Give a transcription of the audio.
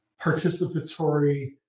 participatory